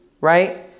right